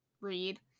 read